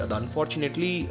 unfortunately